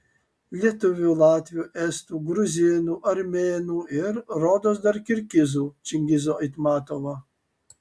lietuvių latvių estų gruzinų armėnų ir rodos dar kirgizų čingizo aitmatovo